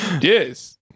Yes